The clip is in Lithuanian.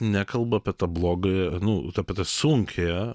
nekalba apie tą blogąją nu apie tą sunkiąją